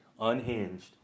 unhinged